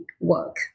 work